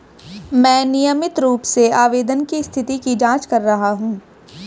मैं नियमित रूप से आवेदन की स्थिति की जाँच कर रहा हूँ